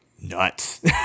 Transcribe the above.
nuts